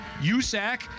USAC